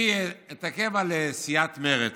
אתעכב על סיעת מרצ.